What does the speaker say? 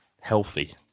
healthy